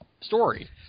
story